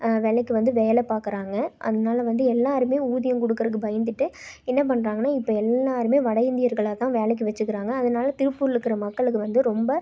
விலைக்கு வந்து வேலை பார்க்கறாங்க அதனால வந்து எல்லாேருமே ஊதியம் கொடுக்கறக்கு பயந்துகிட்டு என்ன பண்ணுறாங்கன்னா இப்போ எல்லாேருமே வட இந்தியர்களைதான் வேலைக்கு வச்சுக்கிறாங்க அதனால திருப்பூரில் இருக்கிற மக்களுக்கு வந்து ரொம்ப